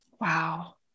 Wow